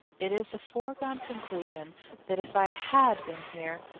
it is a foregone conclusion that if i had been here,